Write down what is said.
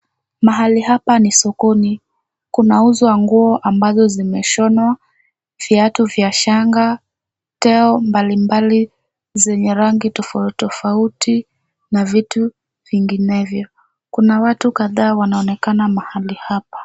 Mahali hapa ni sokoni, kunauzwa nguo ambazo zimeshonwa, viatu vya shanga, teo mbalimbali zenye rangi tofauti tofauti, na vitu vinginevyo. Kuna watu kadhaa wanaonekana mahali hapa.